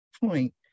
point